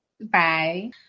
Bye